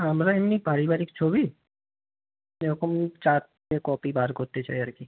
আমরা এমনি পারিবারিক ছবি এরকম চারটে কপি বার করতে চাই আর কি